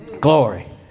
Glory